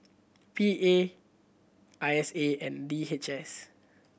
P A I S A and D H S